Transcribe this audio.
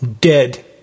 dead